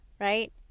right